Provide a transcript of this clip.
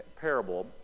parable